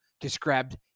described